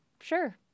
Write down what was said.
sure